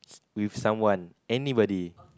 with someone anybody